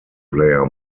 player